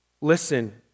Listen